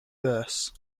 verse